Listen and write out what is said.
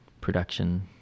production